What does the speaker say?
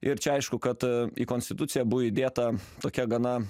ir čia aišku kad į konstituciją buvo įdėta tokia gana